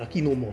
lucky no moth